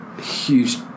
Huge